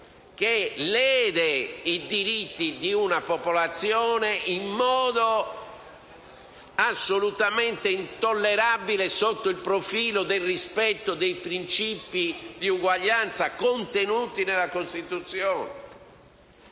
che lede i diritti di una popolazione in modo assolutamente intollerabile sotto il profilo del rispetto dei principi di uguaglianza contenuti nella Costituzione.